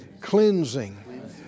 Cleansing